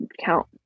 count